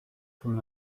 from